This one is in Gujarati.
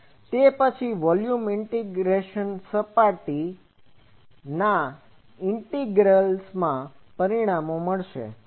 તે પછી આ વોલ્યુમ ઇંટીગ્રેલ્સ સપાટીના ઇંટીગ્રેલ્સમાં પરિણમશે